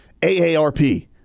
AARP